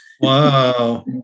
Wow